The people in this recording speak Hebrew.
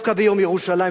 דווקא ביום ירושלים,